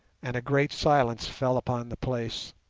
and a great silence fell upon the place.